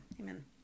Amen